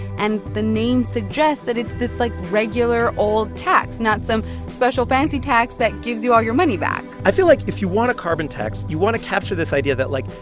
and the name suggests that it's this, like, regular, old tax, not some special, fancy tax that gives you all your money back i feel like if you want a carbon tax, you want to capture this idea that, like,